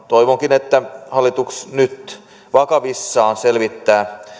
toivonkin että hallitus nyt vakavissaan selvittää